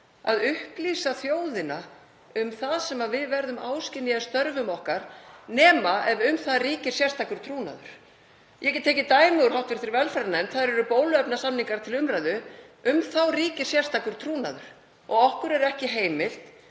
að upplýsa þjóðina um það sem við verðum áskynja í störfum okkar, nema ef um það ríkir sérstakur trúnaður. Ég get tekið dæmi úr hv. velferðarnefnd. Þar eru bóluefnasamningar til umræðu. Um þá ríkir sérstakur trúnaður og okkur er ekki heimilt